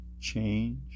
change